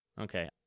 Okay